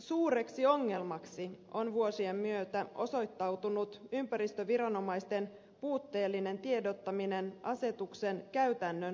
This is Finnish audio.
suureksi ongelmaksi on vuosien myötä osoittautunut ympäristöviranomaisten puutteellinen tiedottaminen asetuksen käytännön soveltamisesta